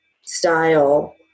style